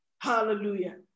Hallelujah